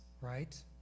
right